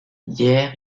hier